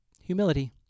Humility